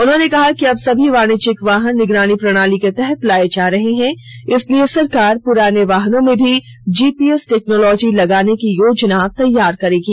उन्होंने कहा कि अब सभी वाणिज्यिक वाहन निगरानी प्रणाली के तहत लाए जा रहे हैं इसलिए सरकार पुराने वाहनों में भी जीपीएस टेक्नोलॉजी लगाने की योजना तैयार करेगी